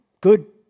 good